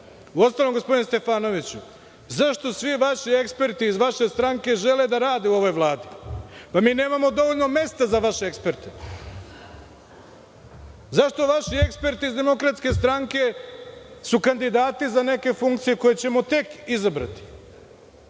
ostalom, gospodine Stefanoviću, zašto svi vaši eksperti iz vaše stranke žele da rade u ovoj Vladi? Mi nemamo dovoljno mesta za vaše eksperte. Zašto vaši eksperti iz DS su kandidati za neke funkcije koje ćemo tek izabrati?